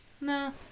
No